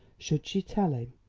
should she tell him?